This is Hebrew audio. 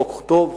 חוק טוב.